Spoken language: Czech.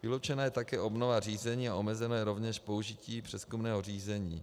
Vyloučena je také obnova řízení a omezeno je rovněž použití přezkumného řízení.